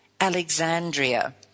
Alexandria